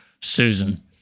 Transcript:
Susan